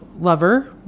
lover